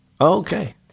Okay